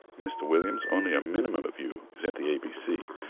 mr williams, only a minimum of you is at the abc,